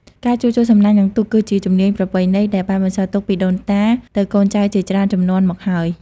ការជួសជុលសំណាញ់ និងទូក គឺជាជំនាញប្រពៃណីដែលបានបន្សល់ទុកពីដូនតាទៅកូនចៅជាច្រើនជំនាន់មកហើយ។